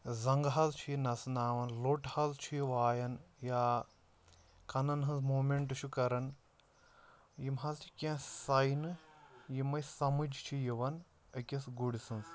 زنٛگہٕ حظ چھِ یہِ نژناوان لوٚٹ حظ چھُ یہِ وایان یا کَنَن ہٕنٛز موٗمٮ۪نٛٹ چھُ کَران یِم حظ چھِ کینٛہہ ساینہٕ یِم أسۍ سمٕجھ چھِ یِوان أکِس گُرۍ سٕنٛز